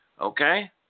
Okay